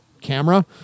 camera